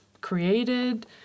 created